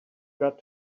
got